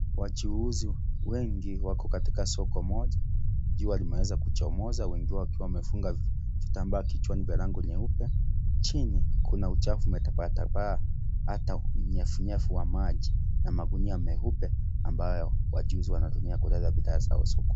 Wachuuzi wengi wako katika soko moja, jua limeweza kuchomoza wengi wao wakiwa wamefunga vitambaa vya rangi nyeupe. Chini kuna uchafu umetapaa tapaa hata unyevu unyevu wa maji na magunia meupe, ambayo wachuuzi wanatumia kuleta bidhaa zao soko.